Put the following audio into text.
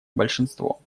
большинство